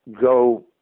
go